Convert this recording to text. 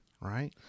right